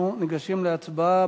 אנחנו ניגשים להצבעה.